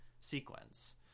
sequence